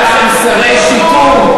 היו לכם שרי שיכון,